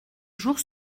jour